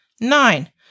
Nine